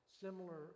similar